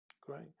Great